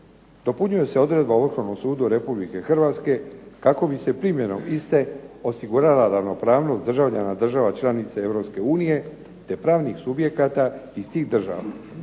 Republike Hrvatske kako bi se primjenom iste osigurala ravnopravnost državljana država članica Europske unije, te pravnih subjekata iz tih država.